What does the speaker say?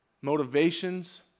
motivations